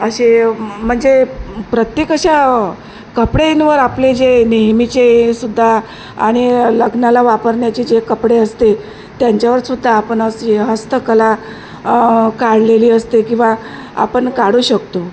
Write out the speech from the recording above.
असे म्हणजे प्रत्येक अशा कपड्यांवर आपले जे नेहमीचे सुुद्धा आणि लग्नाला वापरण्याचे जे कपडे असते त्यांच्यावरसुद्धा आपण अशी हस्तकला काढलेली असते किंवा आपण काढू शकतो